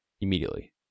immediately